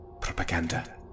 Propaganda